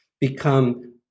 become